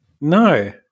No